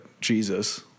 Jesus